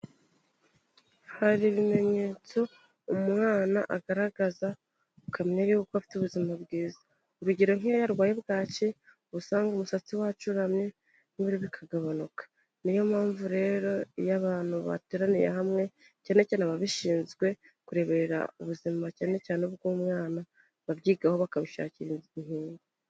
Hari ibimenyetso umwana agaragaza ukamenya ko afite ubuzima bwiza, urugero nk'iyo arwaye bwake usanga umusatsi wacu uramye n'ibiro bikagabanuka niyo mpamvu rero iyo abantu bateraniye hamwe cyane cyane ababishinzwe kurebera ubuzima cyane cyane ubw'umwana babyigaho bakabishakira inkingo.